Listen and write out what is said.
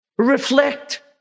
Reflect